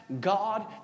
God